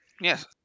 Yes